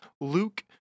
Luke